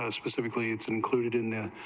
ah specifically it's included in that,